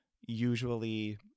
usually